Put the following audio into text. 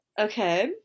Okay